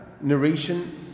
narration